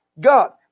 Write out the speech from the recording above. God